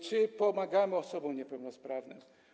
Czy pomagamy osobom niepełnosprawnym?